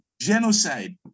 genocide